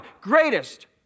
greatest